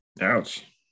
Ouch